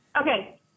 Okay